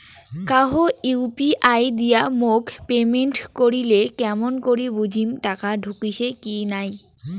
কাহো ইউ.পি.আই দিয়া মোক পেমেন্ট করিলে কেমন করি বুঝিম টাকা ঢুকিসে কি নাই?